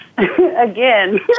Again